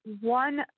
one